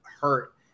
hurt